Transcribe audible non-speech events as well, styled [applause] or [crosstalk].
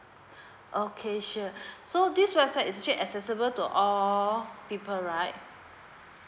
okay sure [breath] so this website is actually accessible to all people right